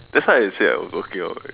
that's why I said I working out